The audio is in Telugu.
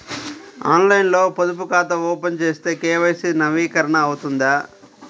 ఆన్లైన్లో పొదుపు ఖాతా ఓపెన్ చేస్తే కే.వై.సి నవీకరణ అవుతుందా?